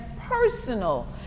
personal